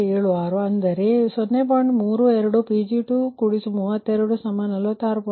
76 ಅಂದರೆ ನಿಮ್ಮ 0